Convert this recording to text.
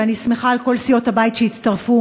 ואני שמחה על כל סיעות הבית שהצטרפו,